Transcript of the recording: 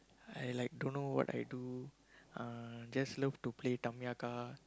I like don't know what I do uh just love to play Tamiya car